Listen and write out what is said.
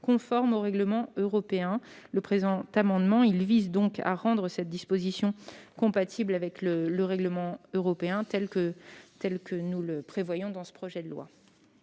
conforme au règlement européen. Le présent amendement vise donc à rendre cette disposition compatible avec le règlement européen, tel que nous le prévoyons dans ce projet de loi.